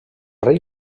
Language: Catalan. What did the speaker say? rei